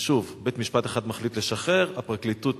ושוב, בית-משפט אחד מחליט לשחרר, הפרקליטות